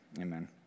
Amen